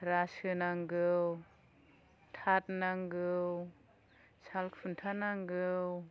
रासो नांगौ थाद नांगौ सालखुन्था नांगौ